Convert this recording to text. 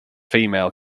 female